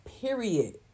period